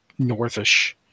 northish